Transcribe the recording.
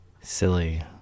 silly